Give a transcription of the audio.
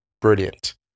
brilliant